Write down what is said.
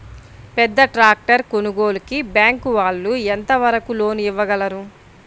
పెద్ద ట్రాక్టర్ కొనుగోలుకి బ్యాంకు వాళ్ళు ఎంత వరకు లోన్ ఇవ్వగలరు?